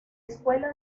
escuela